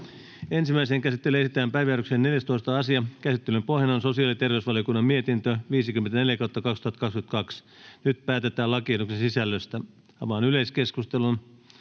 Ensimmäiseen käsittelyyn esitellään päiväjärjestyksen 13. asia. Käsittelyn pohjana on hallintovaliokunnan mietintö HaVM 42/2022 vp. Nyt päätetään lakiehdotuksen sisällöstä. — Avaan yleiskeskustelun.